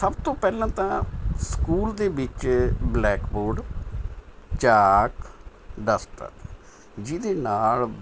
ਸਭ ਤੋਂ ਪਹਿਲਾਂ ਤਾਂ ਸਕੂਲ ਦੇ ਵਿੱਚ ਬਲੈਕਬੋਰਡ ਚਾਕ ਡਸਟਰ ਜਿਹਦੇ ਨਾਲ਼